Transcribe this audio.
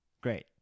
great